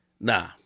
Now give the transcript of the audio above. Nah